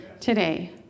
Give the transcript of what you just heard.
today